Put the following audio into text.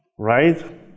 Right